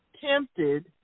Tempted